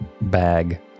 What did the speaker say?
bag